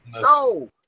No